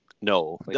No